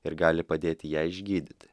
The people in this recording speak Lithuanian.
ir gali padėti ją išgydyti